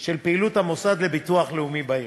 של פעילות המוסד לביטוח לאומי בעיר: